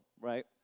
right